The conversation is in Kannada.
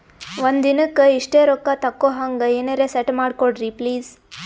ಒಂದಿನಕ್ಕ ಇಷ್ಟೇ ರೊಕ್ಕ ತಕ್ಕೊಹಂಗ ಎನೆರೆ ಸೆಟ್ ಮಾಡಕೋಡ್ರಿ ಪ್ಲೀಜ್?